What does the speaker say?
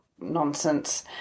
nonsense